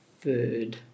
third